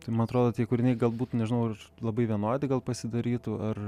tai man atrodo tie kūriniai galbūt nežinau ar labai vienodi gal pasidarytų ar